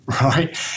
Right